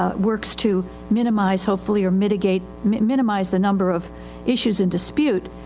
ah works to minimize hopefully or mitigate, minimize the number of issues in dispute.